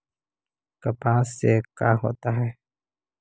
कपास से का होता है?